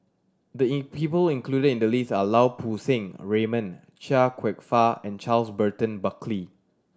the in people included in the list are Lau Poo Seng Raymond Chia Kwek Fah and Charles Burton Buckley